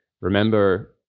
remember